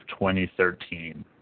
2013